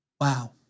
Wow